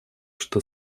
что